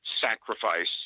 sacrifice